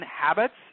Habits